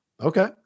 Okay